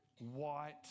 white